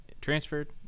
transferred